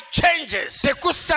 changes